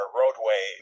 roadway